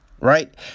right